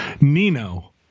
Nino